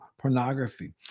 pornography